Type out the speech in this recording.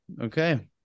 Okay